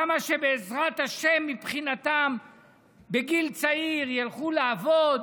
כמה שבעזרת השם מבחינתם בגיל צעיר ילכו לעבוד,